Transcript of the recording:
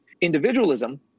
Individualism